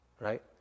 right